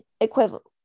equivalent